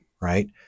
Right